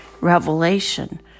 revelation